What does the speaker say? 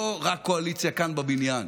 לא רק קואליציה כאן בבניין,